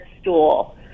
stool